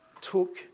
took